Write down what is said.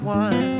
one